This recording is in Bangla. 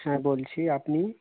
হ্যাঁ বলছি আপনি